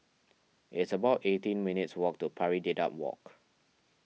it's about eighteen minutes' walk to Pari Dedap Walk